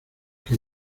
que